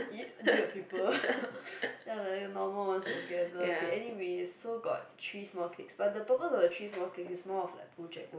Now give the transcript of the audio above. e~ weird people then normal one together anyway also got three small cliques but the purpose of three small cliques is more of like project work